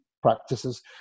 Practices